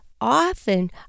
Often